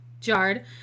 Jarred